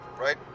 right